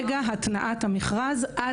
מרגע התנעת המכרז, עד שנה.